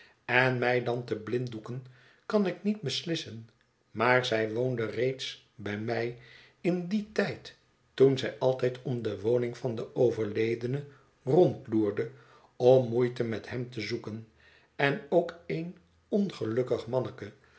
en mij dan te blinddoeken kan ik niet beslissen maar zij woonde reeds bij mij in dien tijd toen zij altijd om de woning van den overledene rondloerde om moeite met hem te zoeken en ook een ongelukkig manneke